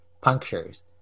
punctures